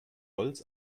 holz